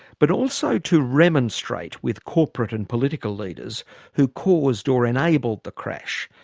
but also to remonstrate with corporate and political leaders who caused or enabled the crash,